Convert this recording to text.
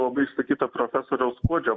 labai išsakyta profesoriaus kuodžio